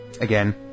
Again